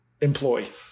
Employee